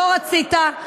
לא רצית.